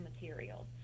materials